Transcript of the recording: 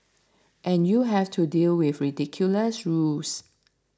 and you have to deal with ridiculous rules